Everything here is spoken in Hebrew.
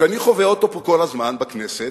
שאני חווה פה כל הזמן בכנסת,